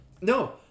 No